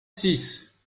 six